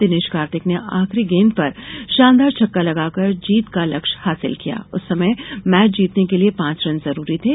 दिनेश कार्तिक ने आखिरी गेंद पर शानदार छक्का लगाकर जीत का लक्ष्य हासिल किया उस समय मैच जीतने के लिये पांच रन जरूरी थे